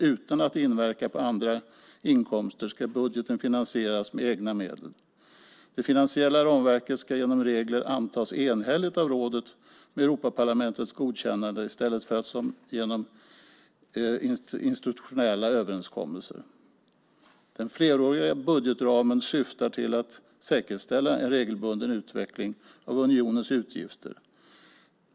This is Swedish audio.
Utan att inverka på andra inkomster ska budgeten finansieras med egna medel. Det finansiella ramverket ska genom regler antas enhälligt av rådet med Europaparlamentets godkännande i stället för genom institutionella överenskommelser. Den fleråriga budgetramen syftar till att säkerställa en regelbunden utveckling av unionens utgifter.